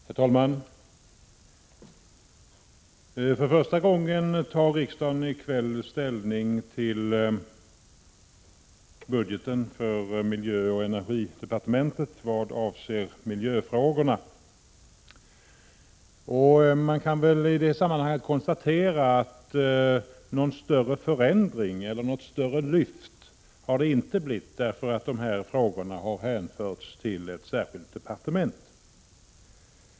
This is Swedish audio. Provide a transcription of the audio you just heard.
Herr talman! För första gången tar riksdagen i kväll ställning till budgeten 7 maj 1987 för miljöoch energidepartementet vad avser miljöfrågorna. Man kan väl i det sammanhanget konstatera att det inte blivit någon större förändring eller något större lyft därför att de frågorna har hänförts till ett särskilt departement.